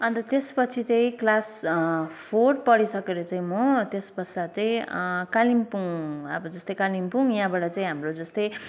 अन्त त्यसपछि चाहिँ क्लास फोर पढिसकेर चाहिँ म त्यसपश्चात् चाहिँ कालिम्पोङ अब जस्तै कालिम्पोङ यहाँबाट चाहिँ हाम्रो जस्तै